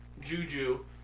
Juju